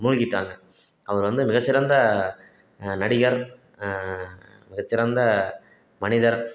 மூழ்கிட்டாங்க அவர் வந்து மிகச்சிறந்த நடிகர் மிகச்சிறந்த மனிதர்